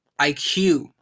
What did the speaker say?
IQ